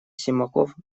симаков